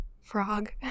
frog